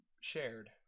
shared